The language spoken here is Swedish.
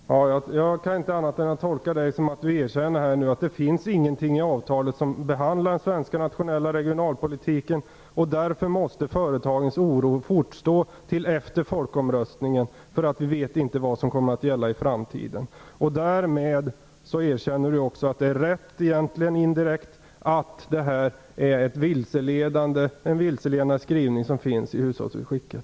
Fru talman! Jag kan inte tolka Mats Hellström på annat sätt än att han erkänner att det inte finns någonting i avtalet som behandlar den svenska nationella regionalpolitiken. Därför måste företagens oro bestå till efter folkomröstningen, eftersom vi inte vet vad som kommer att gälla i framtiden. Därmed erkänner Mats Hellström också indirekt att det egentligen är riktigt att det finns en vilseledande skrivning i utskicket till hushållen.